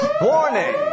Warning